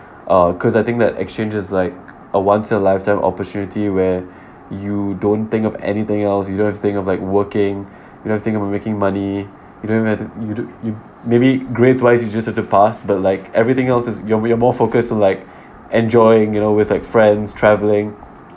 uh because I think that exchange is like a once in a lifetime opportunity where you don't think of anything else you don't thing of like working you know think about making money you don't have to you do you maybe grades wise you just have to pass but like everything else is you are you are more focused on like enjoying you know with like friends travelling